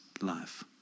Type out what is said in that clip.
life